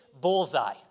bullseye